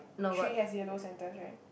three has yellow centres right